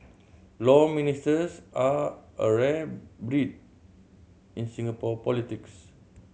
Law Ministers are a rare breed in Singapore politics